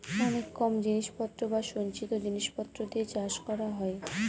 অনেক কম জিনিস পত্র বা সঞ্চিত জিনিস পত্র দিয়ে চাষ করা হয়